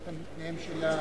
נתקבלה.